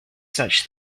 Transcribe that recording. such